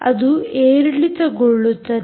ಅದು ಏರಿಳಿತಗೊಳ್ಳುತ್ತದೆ